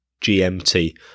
GMT